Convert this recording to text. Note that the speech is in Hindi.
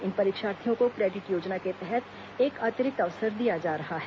इन परीक्षार्थियों को क्रेडिट योजना के तहत एक अतिरिक्त अवसर दिया जा रहा है